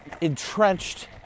entrenched